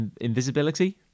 invisibility